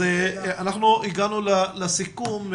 אנחנו הגענו לסיכום.